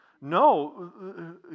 No